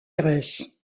aires